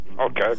Okay